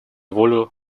волю